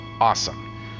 awesome